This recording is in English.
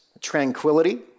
tranquility